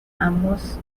ambos